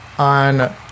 On